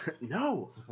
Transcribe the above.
no